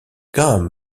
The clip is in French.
graham